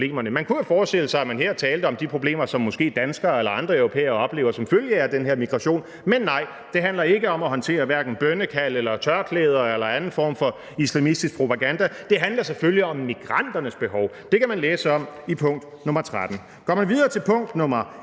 Man kunne jo forestille sig, at man her talte om de problemer, som måske danskere eller andre europæere oplever som følge af den her migration, men nej, det handler ikke om at håndtere hverken bønnekald eller tørklæder eller anden form for islamistisk propaganda, det handler selvfølgelig om migranternes behov. Det kan man læse om i pkt. 13. Går man videre til pkt.